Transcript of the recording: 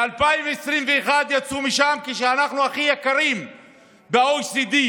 ב-2021 יצאו משם כשאנחנו הכי יקרים ב-OECD,